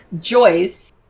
Joyce